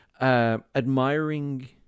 Admiring